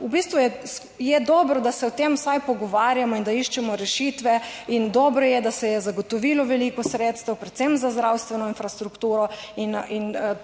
v bistvu je dobro, da se o tem vsaj pogovarjamo in da iščemo rešitve in dobro je, da se je zagotovilo veliko sredstev, predvsem za zdravstveno infrastrukturo. In